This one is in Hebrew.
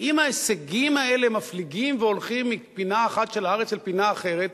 אם ההישגים האלה מפליגים והולכים מפינה אחת של הארץ אל פינה אחרת,